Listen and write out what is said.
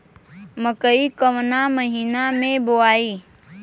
मकई कवना महीना मे बोआइ?